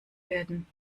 werden